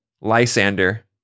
Lysander